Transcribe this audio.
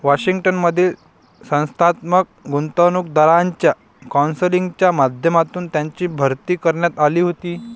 Washington मधील संस्थात्मक गुंतवणूकदारांच्या कौन्सिलच्या माध्यमातून त्यांची भरती करण्यात आली होती